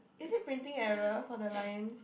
is it printing error for the lines